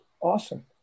awesome